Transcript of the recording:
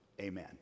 Amen